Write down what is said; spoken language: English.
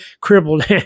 crippled